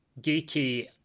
geeky